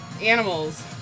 animals